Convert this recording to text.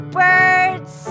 birds